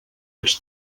els